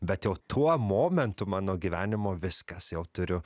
bet jau tuo momentu mano gyvenimo viskas jau turiu